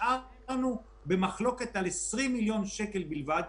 נשארה מחלוקת על 20 מיליון שקל בלבד,